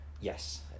Yes